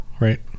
Right